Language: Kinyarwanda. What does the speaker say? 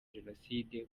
jenoside